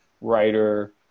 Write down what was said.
writer